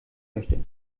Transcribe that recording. möchte